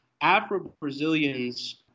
Afro-Brazilians